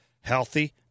healthy